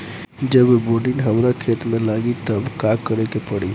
जब बोडिन हमारा खेत मे लागी तब का करे परी?